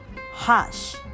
Hush